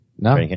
No